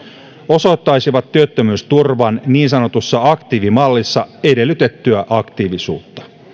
osoittaisivat työttömyysturvan niin sanotussa aktiivimallissa edellytettyä aktiivisuutta